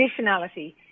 Additionality